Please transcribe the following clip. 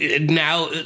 Now